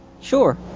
Sure